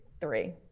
Three